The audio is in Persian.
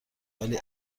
ولی